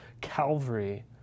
Calvary